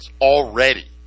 Already